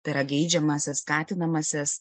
tai yra geidžiamąsias ir skatinamąsias